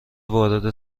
وارد